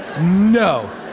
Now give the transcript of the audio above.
No